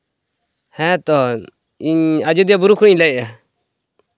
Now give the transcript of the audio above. ᱦᱮᱸ ᱛᱚ ᱤᱧ ᱟᱡᱳᱫᱤᱭᱟᱹ ᱵᱩᱨᱩ ᱠᱷᱚᱱᱤᱧ ᱞᱟᱹᱭᱮᱜᱼᱟ